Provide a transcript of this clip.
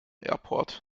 airport